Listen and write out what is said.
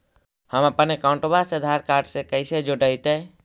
हमपन अकाउँटवा से आधार कार्ड से कइसे जोडैतै?